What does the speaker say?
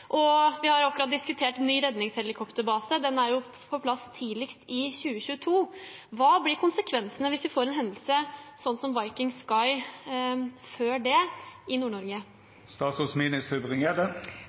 sørover. Vi har akkurat diskutert en ny redningshelikopterbase. Den er på plass tidligst i 2022. Hva blir konsekvensene hvis vi får en hendelse som «Viking Sky» før det, i